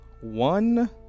one